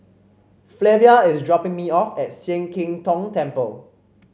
Flavia is dropping me off at Sian Keng Tong Temple